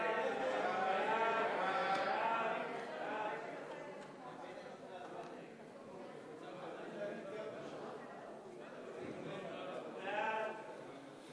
ההסתייגות של שר האוצר לסעיף 1 נתקבלה.